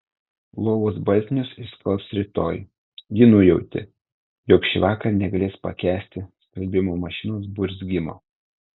lovos baltinius išskalbs rytoj ji nujautė jog šįvakar negalės pakęsti skalbimo mašinos burzgimo